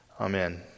Amen